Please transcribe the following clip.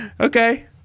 Okay